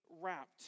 wrapped